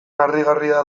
harrigarria